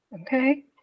Okay